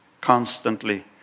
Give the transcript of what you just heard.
constantly